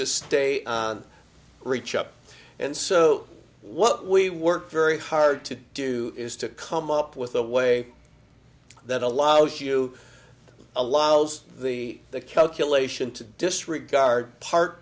to stay on reach up and so what we work very hard to do is to come up with a way that allows you a louse the the calculation to disregard part